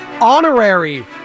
honorary